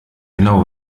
genau